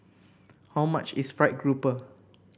how much is fried grouper